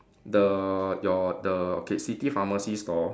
the your the okay city pharmacy store